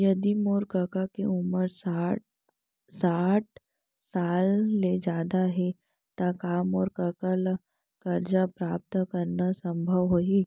यदि मोर कका के उमर साठ साल ले जादा हे त का मोर कका ला कर्जा प्राप्त करना संभव होही